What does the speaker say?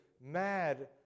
mad